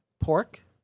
Pork